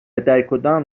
درکدام